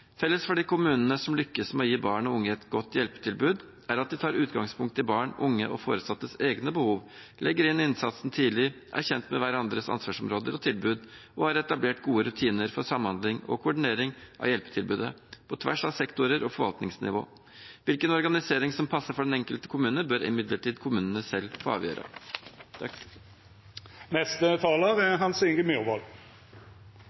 Felles for de kommunene som lykkes med å gi barn og unge et godt hjelpetilbud, er at de tar utgangspunkt i barn og unge og foresattes egne behov, legger inn innsatsen tidlig, er kjent med hverandres ansvarsområder og tilbud og har etablert gode rutiner for samhandling og koordinering av hjelpetilbudet på tvers av sektorer og forvaltningsnivå. Hvilken organisering som passer for den enkelte kommune, bør imidlertid kommunene selv få avgjøre. Psykiske lidingar er